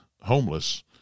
homeless